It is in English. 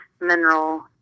mineral